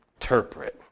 interpret